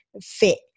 fit